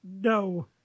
no